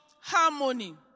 harmony